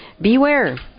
beware